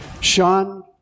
Sean